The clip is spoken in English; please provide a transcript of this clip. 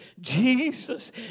Jesus